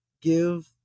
give